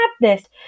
madness